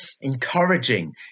Encouraging